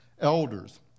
elders